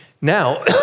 Now